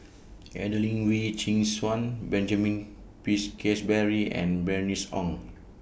Adelene Wee Chin Suan Benjamin Peach Keasberry and Bernice Ong